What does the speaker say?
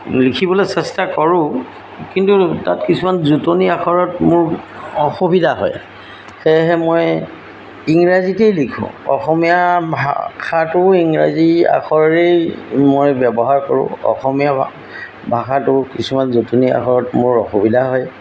লিখিবলৈ চেষ্টা কৰোঁ কিন্তু তাত কিছুমান যোটনি আখৰত মোৰ অসুবিধা হয় সেয়েহে মই ইংৰাজীতেই লিখোঁ অসমীয়া ভাষাটো ইংৰাজী আখৰেই মই ব্যৱহাৰ কৰোঁ অসমীয়া ভাষাটো কিছুমান যোটনি আখৰত মোৰ অসুবিধা হয়